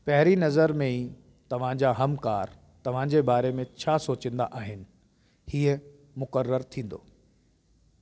पहिरीं नज़र में ई तव्हांजा हमकारु तव्हांजे बारे में छा सोचींदा आहिनि हीअ मुक़ररु थींदो